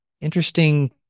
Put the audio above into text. interesting